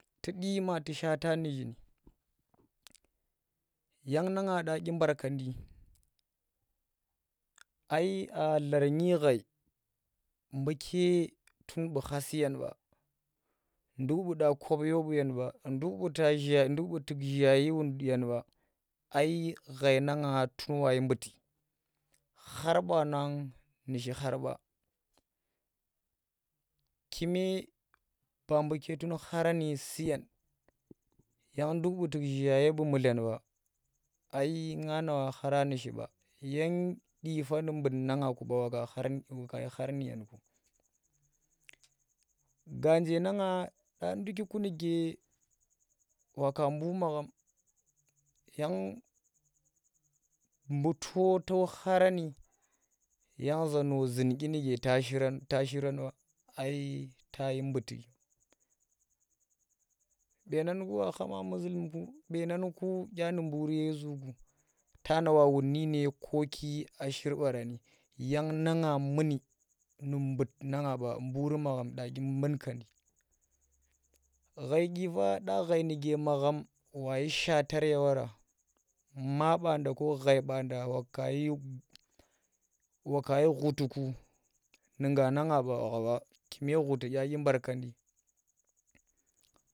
Tuki magyusha nang na nga dya dye barkendi ai a lar dyi ghai mbuke tun bu kha suyen ɓaa nduk buda kop yo yayen ba nduk buɗa kom yo buyen ba nduk bu tuk zhiyayi buyen ba ai ghai na nga tun wayi mbuti khar baanu nushi khar ɓa kume ba buke tun khara suyenba nduk bu ɗa kopya buyang khara nushi ba nduk dyipa kashi khar nuyenku ganje nanga dya duki waƙa buu magham yang bu to, to kharani yang za nu zun dyinuke ta shiran ai tayi mbuti beenanku wa khama musullumk beenaku dya nu buuri yesu ku tana wa wut nune koki nu dye shir barani muni nu but, na nga ba buuri maghem ghai dyipa dya ghai magham washi shaatar ye wara ma ɓanda ko ghai banɗa waka yi khutiku nu nga na nga ɓakime ghuti ɗa dyi barkandi.